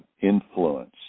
influence